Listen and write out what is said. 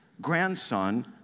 grandson